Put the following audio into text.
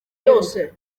byose